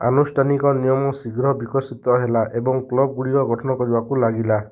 ଆନୁଷ୍ଠାନିକ ନିୟମ ଶୀଘ୍ର ବିକଶିତ ହେଲା ଏବଂ କ୍ଲବ ଗୁଡ଼ିକ ଗଠନ କରିବାକୁ ଲାଗିଲା